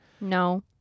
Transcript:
no